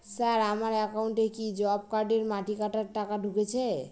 Sir আমার একাউন্টে কি জব কার্ডের মাটি কাটার টাকা ঢুকেছে?